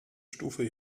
stufe